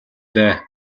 дээ